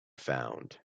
found